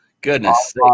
goodness